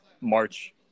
march